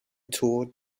toward